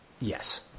Yes